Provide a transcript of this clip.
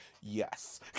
Yes